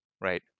right